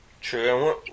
True